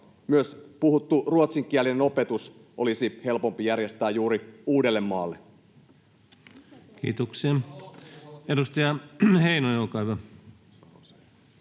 Myös puhuttu ruotsinkielinen opetus olisi helpompi järjestää juuri Uudellemaalle. Kiitoksia. — Edustaja Heinonen, olkaa hyvä.